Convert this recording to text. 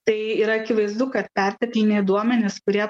tai yra akivaizdu kad pertekliniai duomenys kurie